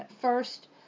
first